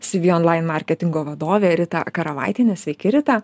cv online marketingo vadovę ritą karavaitienę sveiki rita